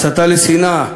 הסתה לשנאה,